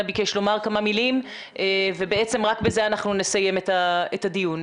ביקש לומר כמה מילים ובזה נסיים את הדיון.